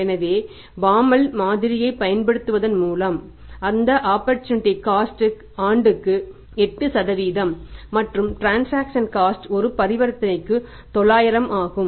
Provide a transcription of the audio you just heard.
எனவே பாமால் ஒரு பரிவர்த்தனைக்கு 900 ஆகும்